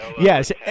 yes